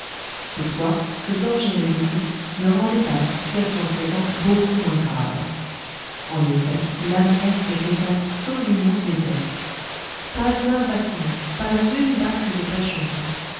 toutefois ce danger évité ne rendait pas la situation présente beaucoup moins grave en effet la mer était absolument déserte pas un bâtiment pas une barque de pêche en vue